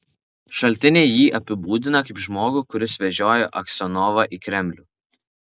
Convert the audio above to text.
šaltiniai jį apibūdina kaip žmogų kuris vežiojo aksionovą į kremlių